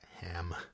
Ham